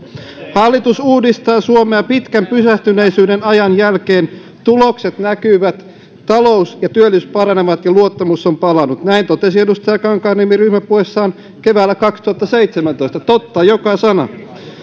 hallitus uudistaa suomea pitkän pysähtyneisyyden ajan jälkeen tuloksen näkyvät talous ja työllisyys paranevat ja luottamus on palannut näin totesi edustaja kankaanniemi ryhmäpuheessaan keväällä kaksituhattaseitsemäntoista totta joka sana